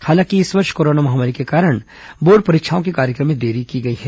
हालांकि इस वर्ष कोरोना महामारी के कारण बोर्ड परीक्षाओं के कार्यक्रम में देरी की गई है